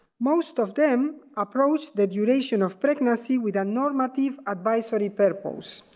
most of them approached the duration of pregnancy with a normative advisory purpose.